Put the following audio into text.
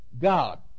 God